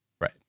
right